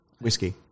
Whiskey